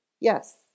Yes